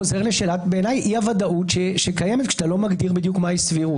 זה חוזר לשאלת אי-הוודאות שקיימת כשאתה לא מגדיר בדיוק מהי סבירות.